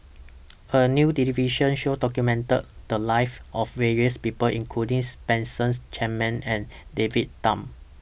A New television Show documented The Lives of various People includings Spencer Chapman and David Tham